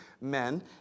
men